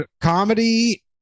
comedy